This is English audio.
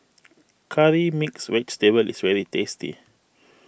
Curry Mixed Vegetable is very tasty